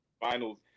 finals